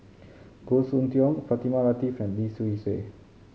Goh Soon Tioe Fatimah Lateef and Lim Swee Say